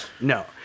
no